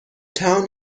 town